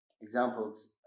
examples